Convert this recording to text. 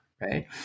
right